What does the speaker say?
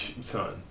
Son